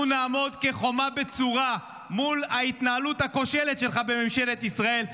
אנחנו נעמוד כחומה בצורה מול ההתנהלות שלך בממשלת ישראל.